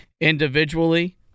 individually